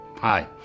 Hi